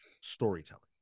storytelling